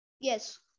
Yes